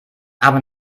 aber